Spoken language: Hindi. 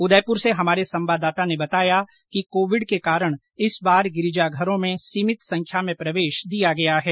उदयपुर से हमारे संवाददाता ने बताया कि कोविड के चलते इस बार गिरिजाघरों में सीमित संख्या में प्रवेश दिया गया है